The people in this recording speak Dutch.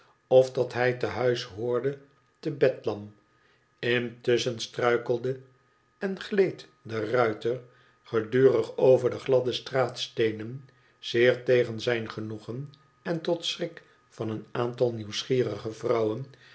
of dat hij te huis hoorde in bedlam intusschen struikelde en gleed de ruiter gedurig over de gladde straatsteenen zeer tegen zijn genoegen en tot schrik van een aantal nieuwsgierige vrouwen